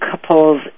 couples